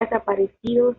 desaparecidos